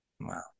Wow